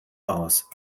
aus